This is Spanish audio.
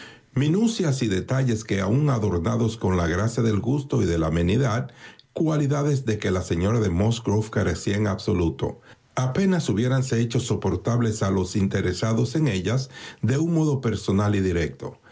estilo minucias y detalles que aun adornados con la gracia del gusto y de la amenidad cualidades de que la señora de musgrove carecía en absoluto apenas hubiéranse hecho soportables a los interesados en ellas de un modo personal y directo